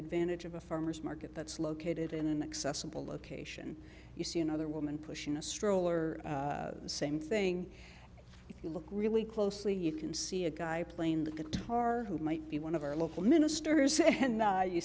advantage of a farmer's market that's located in an accessible location you see another woman pushing a stroller same thing if you look really closely you can see a guy playing the guitar who might be one of our local ministers and you